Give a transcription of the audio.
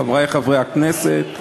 חברי חברי הכנסת,